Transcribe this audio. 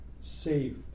save